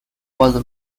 was